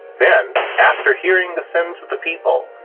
then, after hearing the sins of the people,